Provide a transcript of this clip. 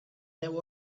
deu